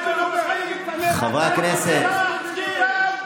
חברת הכנסת טטיאנה